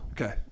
Okay